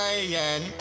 Again